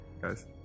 Guys